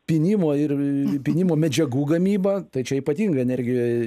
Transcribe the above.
pynimo ir pynimo medžiagų gamyba tai čia ypatingai energijai